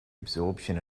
absorption